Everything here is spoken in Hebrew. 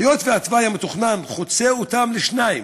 היות שהתוואי המתוכנן חוצה אותם לשניים,